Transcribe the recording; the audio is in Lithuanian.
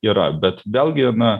yra bet vėlgi na